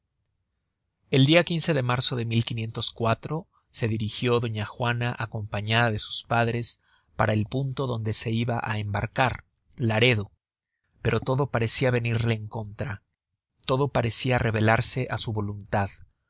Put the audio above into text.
el dia de marzo de se dirigió doña juana acompañada de sus padres para el punto donde se iba á embarcar laredo pero todo parecia venirle en contra todo parecia revelarse á su voluntad